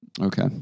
Okay